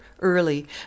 early